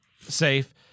safe